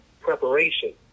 preparation